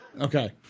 Okay